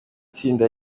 tsinda